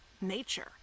nature